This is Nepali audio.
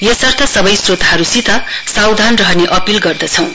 यसर्थ सबै श्रोतहरुलाई सावधान रहने अपील गर्दछौं